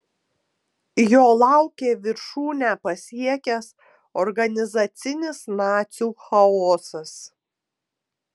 jo laukė viršūnę pasiekęs organizacinis nacių chaosas